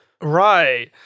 Right